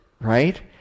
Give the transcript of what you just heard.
right